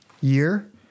year